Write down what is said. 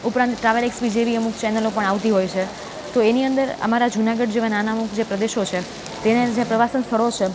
ઉપરાંત travel XP જેવી અમુક ચેનલો પણ આવતી હોય છે તો એની અંદર અમારાં જુનાગઢ જેવાં નાનાં અમુક જે પ્રદેશો છે તેને જે પ્રવાસન સ્થળો છે